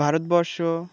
Bharatvarsha